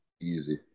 Easy